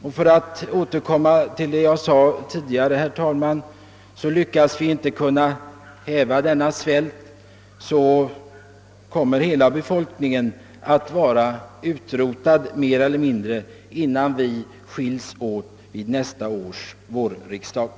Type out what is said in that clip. Och jag återknyter, herr talman, till det jag sade tidigare: Lyckas vi inte häva svälten i det aktuella området kommer hela befolkningen att vara utrotad innan vi skils åt efter vårsessionen nästa år.